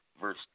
verse